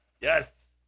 Yes